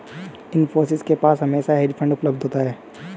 इन्फोसिस के पास हमेशा हेज फंड उपलब्ध होता है